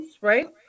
right